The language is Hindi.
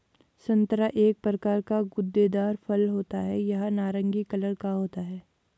संतरा एक प्रकार का गूदेदार फल होता है यह नारंगी कलर का होता है